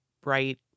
bright